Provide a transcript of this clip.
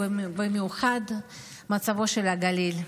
ובמיוחד מצבו של הגליל.